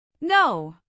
No